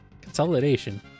Consolidation